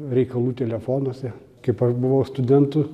reikalų telefonuose kaip aš buvau studentu